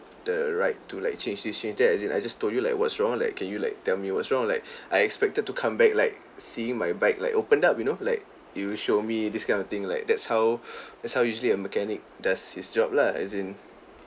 the right to like change this change that as in I just told you like what's wrong like can you like tell me what's wrong like I expected to come back like seeing my bike like opened up you know like you show me this kind of thing like that's how that's how usually a mechanic does his job lah as in